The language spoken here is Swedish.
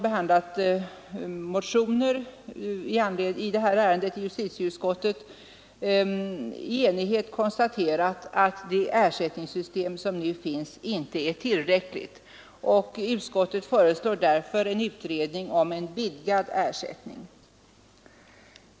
Ett enigt utskott konstarerar att det ersättningssystem som nu finns inte är tillräckligt. Utskottet föreslår därför en utredning om vidgad ersättning.